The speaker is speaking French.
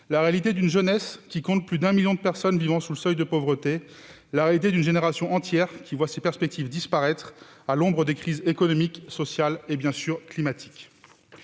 En réalité, la jeunesse compte plus d'un million de personnes vivant sous le seuil de pauvreté. En réalité, une génération entière voit ses perspectives disparaître à l'ombre des crises économiques, sociales et, bien sûr, climatiques.